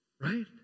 right